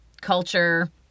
culture